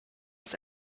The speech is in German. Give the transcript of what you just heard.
das